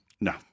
No